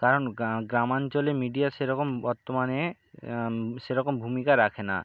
কারণ গ্রামাঞ্চলে মিডিয়া সেরকম বর্তমানে সেরকম ভূমিকা রাখে না